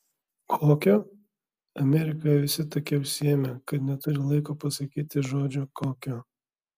kokio amerikoje visi tokie užsiėmę kad neturi laiko pasakyti žodžio kokio